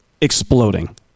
exploding